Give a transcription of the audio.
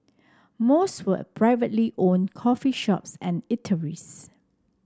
most were at privately owned coffee shops and eateries